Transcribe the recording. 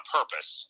purpose